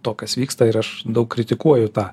to kas vyksta ir aš daug kritikuoju tą